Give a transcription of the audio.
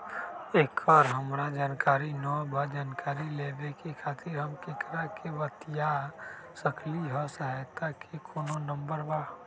एकर हमरा जानकारी न बा जानकारी लेवे के खातिर हम केकरा से बातिया सकली ह सहायता के कोनो नंबर बा?